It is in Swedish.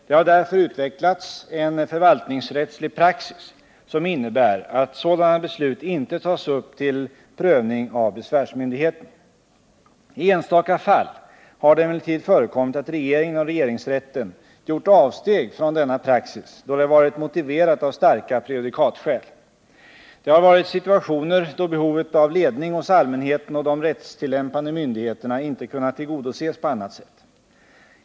Det har därför utvecklats en förvaltningsrättslig praxis som innebär att sådana beslut inte tas upp till prövning av besvärsmyndigheten. I enstaka fall har det emellertid förekommit att regeringen och regeringsrätten gjort avsteg från denna praxis då det varit motiverat av starka prejudikatsskäl. Det har varit situationer då behovet av ledning hos allmänheten och de rättstillämpande myndigheterna inte kunnat tillgodoses på annat sätt.